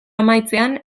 amaitzean